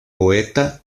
poeta